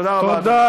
תודה רבה, אדוני.